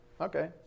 okay